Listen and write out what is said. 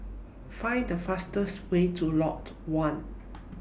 Find The fastest Way to Lot one